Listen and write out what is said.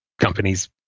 companies